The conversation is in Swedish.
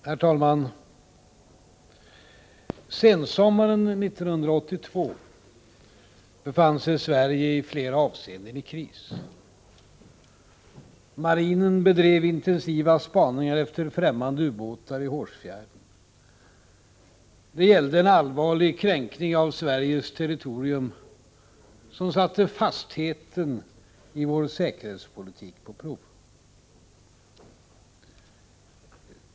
Herr talman! Sensommaren 1982 befann sig Sverige i flera avseenden i kris. Marinen bedrev intensiva spaningar efter ffträmmande ubåtar i Hårsfjärden. Det gällde en allvarlig kränkning av Sveriges territorium, som satte fastheten i vår säkerhetspolitik på prov.